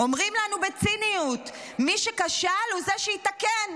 "אומרים לנו בציניות: מי שכשל, הוא זה שיתקן.